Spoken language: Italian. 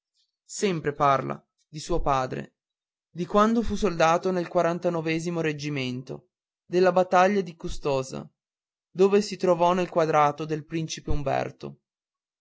sempre parla di suo padre di quando fu soldato nel reggimento alla battaglia di custoza dove si trovò nel quadrato del principe umberto